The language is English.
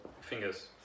fingers